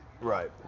Right